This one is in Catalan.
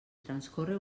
transcorre